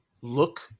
look